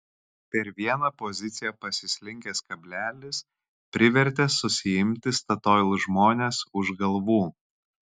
per vieną poziciją pasislinkęs kablelis privertė susiimti statoil žmones už galvų